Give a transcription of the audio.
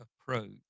approach